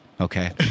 okay